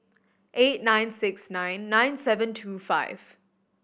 eight nine six nine nine seven two five